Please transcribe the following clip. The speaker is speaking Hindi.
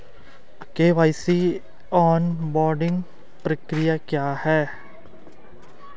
के.वाई.सी ऑनबोर्डिंग प्रक्रिया क्या है?